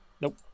nope